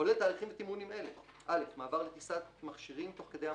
כולל תהליכים ותמרונים אלה: (א) מעבר לטיסת מכשירים תוך כדי המראה,